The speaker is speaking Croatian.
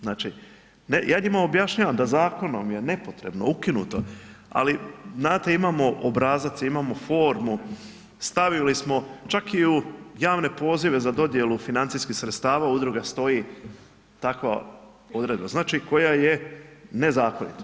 Znači ja njima objašnjavam da zakonom je nepotrebno, ukinuto, ali znate imamo obrazac, imamo formu, stavili smo čak i u javne pozive za dodjelu financijskih sredstava udruga, stoji takva odredba znači koja je nezakonita.